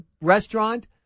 restaurant